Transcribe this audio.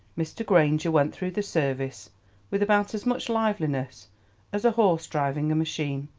mr. granger went through the service with about as much liveliness as a horse driving a machine.